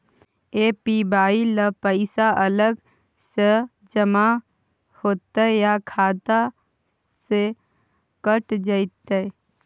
APY ल पैसा अलग स जमा होतै या खाता स कैट जेतै?